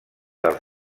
dels